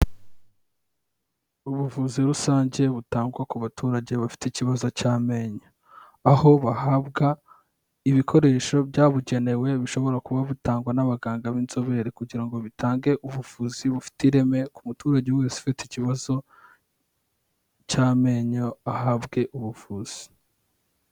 Ubuvuzi rusange butangwa ku baturage bafite ikibazo cy'amenyo, aho bahabwa ibikoresho byabugenewe bishobora kuba butangwa n'abaganga b'inzobere kugira ngo bitange ubuvuzi bufite ireme ku muturage wese ufite ikibazo cy'amenyo ahabwe ubuvuzi.